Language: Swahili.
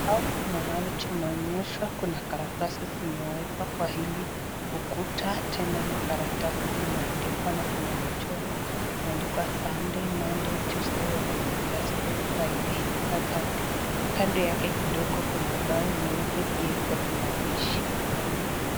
Mahali tumeonyeshwa kuna makaratasi zimewekwa kwa hizi ukuta, tena ni karatasi zimeandikwa na kuna mchoro imeandikwa Sunday, Monday, Tuesday, Wednesday, Thursday, Friday, Saturday ,kando yake kidogo kuna bao nyeupe pia iko na maandishi.